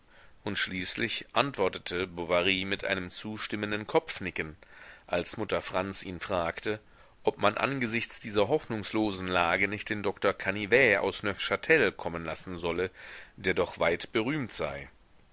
und schließlich antwortete bovary mit einem zustimmenden kopfnicken als mutter franz ihn fragte ob man angesichts dieser hoffnungslosen lage nicht den doktor canivet aus neufchtel kommen lassen solle der doch weitberühmt sei